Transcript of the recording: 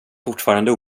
fortfarande